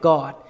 God